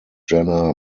jena